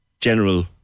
general